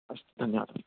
अस्तु धन्यवादः